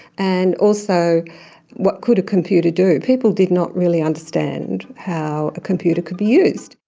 and also what could a computer do. people did not really understand how a computer could be used.